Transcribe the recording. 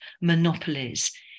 monopolies